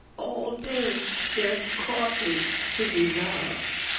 all day there's coffee to be loved.